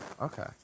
Okay